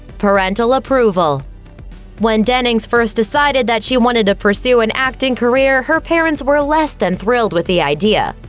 parental approval when dennings first decided that she wanted to pursue an acting career, her parents were less than thrilled with the idea.